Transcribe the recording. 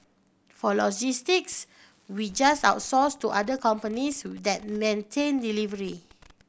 for logistics we just outsource to other companies that maintain delivery